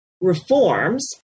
reforms